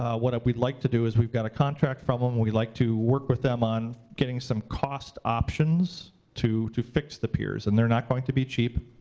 what we'd like to do is, we've got a contract from them. we'd like to work with them on getting some cost options to to fix the piers, and they're not going to be cheap.